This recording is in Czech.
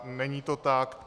Není to tak.